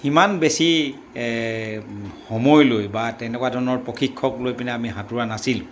সিমান বেছি সময়লৈ বা তেনেকুৱা ধৰণৰ প্ৰশিক্ষক লৈ পিনে আমি সাঁতোৰা নাছিলোঁ